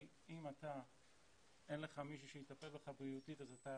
אבל אם אתה אין לך מישהו שיטפל בך בריאותית אז אתה